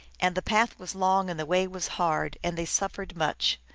and the path was long and the way was hard, and they suffered much,